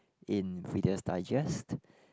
in Reader's Digest